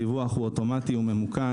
הדיווח הוא אוטומטי וממוקד.